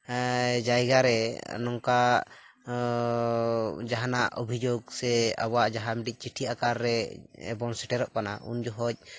ᱡᱟᱭᱜᱟᱨᱮ ᱱᱚᱝᱠᱟ ᱡᱟᱦᱟᱱᱟᱜ ᱚᱵᱷᱤᱡᱳᱜᱽ ᱥᱮ ᱟᱵᱚᱣᱟᱜ ᱡᱟᱦᱟᱱ ᱢᱤᱫᱴᱤᱡ ᱪᱤᱴᱷᱤ ᱟᱠᱟᱨ ᱨᱮ ᱵᱚᱱ ᱥᱮᱴᱮᱨᱚᱜ ᱠᱟᱱᱟ ᱩᱱ ᱡᱚᱠᱷᱚᱡ